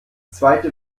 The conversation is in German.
zweite